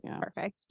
perfect